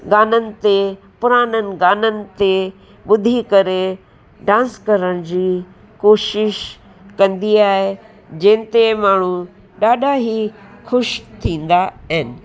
गाननि ते पुराननि गाननि ते ॿुधी करे डांस करण जी कोशिश कंदी आहे जिनि ते माण्हू ॾाढा ई ख़ुशि थींदा आहिनि